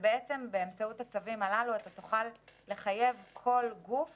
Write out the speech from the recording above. באמצעות הצווים הללו תוכל לחייב כל גוף